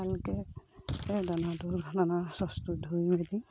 ভালকৈ দানাতো দানাৰ ছচটো ধুই মেলি